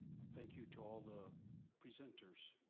thank you to all the presenters.